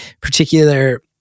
particular